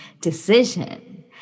decision